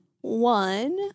one